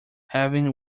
having